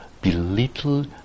belittle